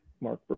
Mark